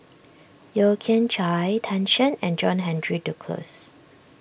Yeo Kian Chye Tan Shen and John Henry Duclos